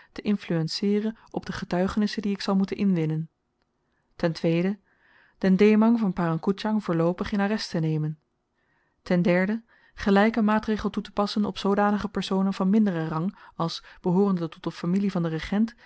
te influenceeren op de getuigenissen die ik zal moeten inwinnen ten den dhemang van parang koedjang voorloopig in arrest te nemen ten derde gelyke maatregel toetepassen op zoodanige personen van minderen rang als behoorende tot de familie van den regent